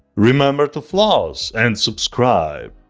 remember to floss and subscribe!